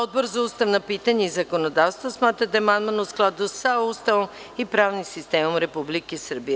Odbor za ustavna pitanja i zakonodavstvo smatra da je amandman u skladu sa Ustavom i pravnim sistemom Republike Srbije.